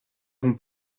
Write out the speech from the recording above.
bon